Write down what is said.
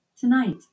Tonight